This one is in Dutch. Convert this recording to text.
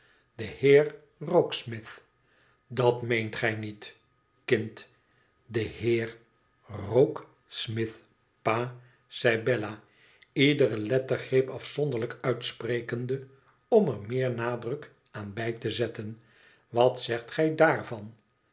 de heer rokesmith dat meent gij niet kind de heer roke smith pa zei bella iedere lettergreep afzonderlijk uitsprekende om er meer nadruk aan bij te zetten wat zegt gij daarvanr